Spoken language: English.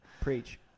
Preach